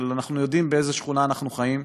אבל אנחנו יודעים באיזו שכונה אנחנו חיים,